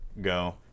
go